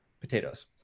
potatoes